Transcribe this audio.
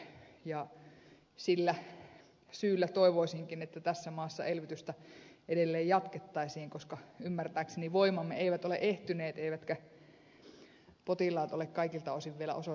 sillä syyllä toivoisinkin että tässä maassa elvytystä edelleen jatkettaisiin koska ymmärtääkseni voimamme eivät ole ehtyneet eivätkä potilaat ole kaikilta osin vielä osoittaneet toipuvansa